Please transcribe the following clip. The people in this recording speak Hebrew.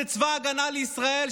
זה צבא ההגנה לישראל,